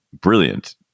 brilliant